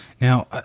Now